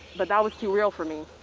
but that was too real for me.